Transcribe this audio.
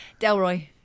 Delroy